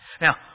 Now